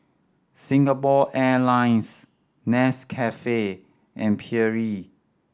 Singapore Airlines Nescafe and Perrier